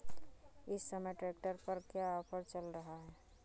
इस समय ट्रैक्टर पर क्या ऑफर चल रहा है?